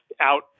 out